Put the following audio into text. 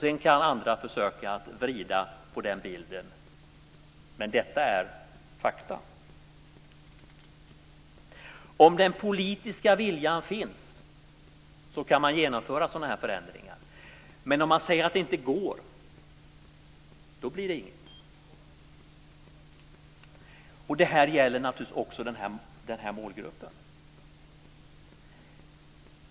Andra kan försöka vrida på den bilden - men detta är fakta. Om den politiska viljan finns kan man genomföra sådana här förändringar. Men om man säger att det inte går så blir det inget. Detta gäller naturligtvis också den här målgruppen.